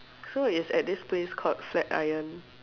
so its at this place called flat iron